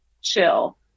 chill